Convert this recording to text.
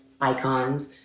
icons